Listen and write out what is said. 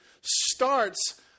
starts